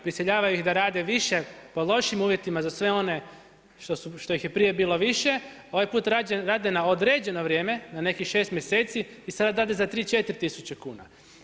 Prisiljavaju ih da rade više pod lošim uvjetima za sve one što ih je prije bilo više, ovaj put rade na određeno vrijeme, na nekih 6 mjeseci i sada rade za 3, 4 tisuće kuna.